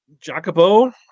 Jacopo